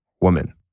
woman